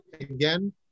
again